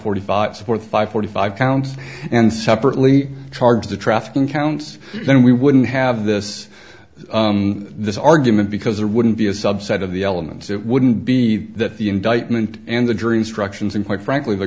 forty five support five forty five pounds and separately charge the trafficking counts then we wouldn't have this this argument because there wouldn't be a subset of the elements that wouldn't be that the indictment and the dreams directions and quite frankly the